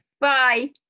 Bye